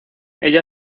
ella